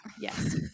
yes